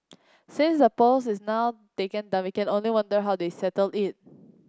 since the post is now taken down we can only wonder how they settle it